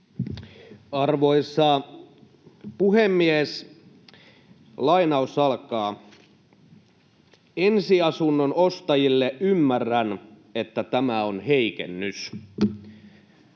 Arvoisa puhemies! ”Ensiasunnon ostajille ymmärrän, että tämä on heikennys.”